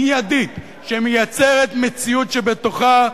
מיידית, שמייצרת מציאות שבתוכה,